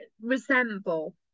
resemble